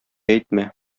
әйтмә